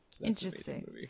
Interesting